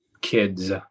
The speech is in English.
Kids